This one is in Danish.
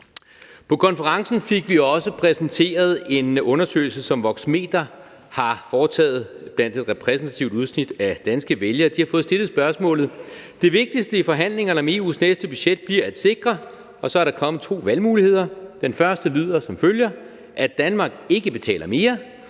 På konferencen fik vi også præsenteret en undersøgelse, som Voxmeter har foretaget blandt et repræsentativt udsnit af danske vælgere. De har fået stillet et spørgsmål om, hvad der bliver det vigtigste at sikre i forhandlingerne om EU's næste budget, og så kommer der to valgmuligheder, hvor den første lyder som følger: at Danmark ikke betaler mere.